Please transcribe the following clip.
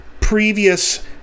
previous